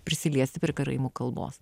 prisiliesti prie karaimų kalbos